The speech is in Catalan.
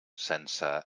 sense